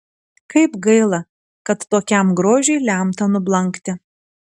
kaip gaila kad tokiam grožiui lemta nublankti